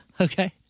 okay